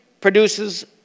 produces